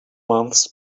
months